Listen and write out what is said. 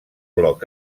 bloc